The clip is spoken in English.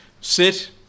sit